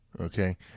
Okay